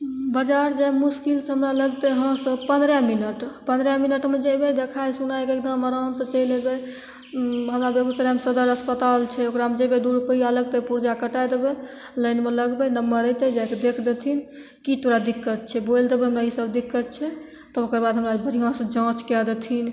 बजार जाइमे मश्किलसँ हमरा लगतय यहाँसँ पन्द्रह मिनट पन्द्रह मिनटमे जेबय देखाय सुनाय के अयबय एकदम आरामसँ चलि अयबय हमरा बेगूसरायमे सदर अस्पताल छै ओकरामे जयबय दू रूपैआ लगतय पुर्जा कटाय देबय लाइनमे लगबय नंबर अयतय जाइके देख देथिन की तोरा दिक्कत छै बोलि देबय हमरा ईसब दिक्कत छै तऽ ओकर बाद हमरा बढ़िआँसँ जाँच कए देथिन